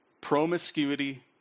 promiscuity